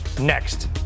next